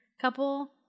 couple